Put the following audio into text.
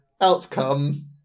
outcome